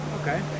Okay